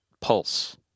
pulse